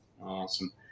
Awesome